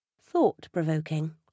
thought-provoking